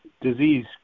disease